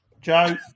Joe